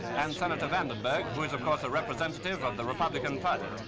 and senator vandenberg, who is of course a representative of the republican party.